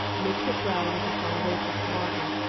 mix it well with the saleratus water,